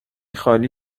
خالی